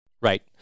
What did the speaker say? Right